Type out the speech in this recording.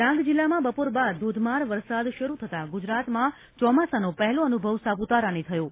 ડાંગ વરસાદ ડાંગ જિલ્લામાં બપોર બાદ ધોધમાર વરસાદ શરૂ થતા ગુજરાતમાં ચોમાસાનો પહેલો અનુભવ સાપુતારાને થયો છે